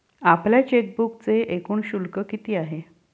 आपल्या चेकबुकचे एकूण शुल्क किती आहे?